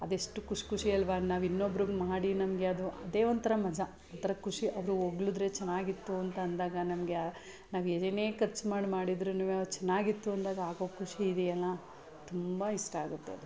ಅದೆಷ್ಟು ಖುಷಿ ಖುಷಿ ಅಲ್ವ ನಾವು ಇನ್ನೊಬ್ರಿಗೆ ಮಾಡಿ ನಮಗೆ ಅದು ಅದೇ ಒಂಥರ ಮಜಾ ಒಂಥರ ಖುಷಿ ಅವಳು ಹೊಗ್ಳಿದ್ರೆ ಚೆನ್ನಾಗಿತ್ತು ಅಂತಂದಾಗ ನಮಗೆ ಆ ನಾವು ಏನೇನು ಖರ್ಚು ಮಾಡಿ ಮಾಡಿದ್ರೂನು ಚೆನ್ನಾಗಿತ್ತು ಅಂದಾಗ ಆಗೋ ಖುಷಿ ಇದೆಯಲ್ಲ ತುಂಬ ಇಷ್ಟ ಆಗುತ್ತೆ ಅದು